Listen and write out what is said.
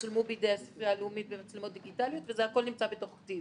צולמו בידי הספרייה הלאומית במצלמות דיגיטליות והכול נמצא בתוך 'כתיב',